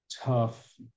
tough